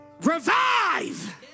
revive